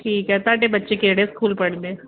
ਠੀਕ ਹੈ ਤੁਹਾਡੇ ਬੱਚੇ ਕਿਹੜੇ ਸਕੂਲ ਪੜ੍ਹਦੇ